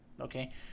okay